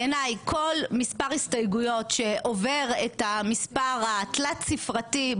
בעיניי כל מספר הסתייגויות שעובר את המספר התלת ספרתי,